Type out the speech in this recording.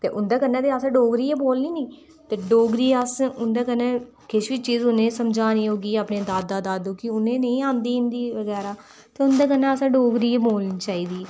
ते उं'दे कन्नै ते असें डोगरी गै बोलनी निं ते डोगरी अस उं'दे कन्नै किश बी चीज़ उ'नें समझानी होगी अपने दादा दादू गी उनें नेईं आंदी हिंदी बगैरा ते उं'दे कन्नै असें डोगरी गै बोलने चाहिदी